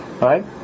right